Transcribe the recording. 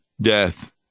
death